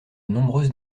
nombreuses